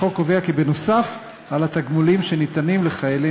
החוק קובע כי נוסף על התגמולים שניתנים לחיילי